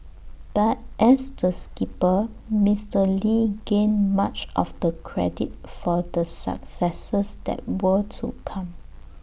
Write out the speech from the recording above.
but as the skipper Mister lee gained much of the credit for the successes that were to come